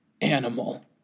Animal